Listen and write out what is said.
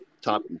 Top